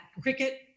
cricket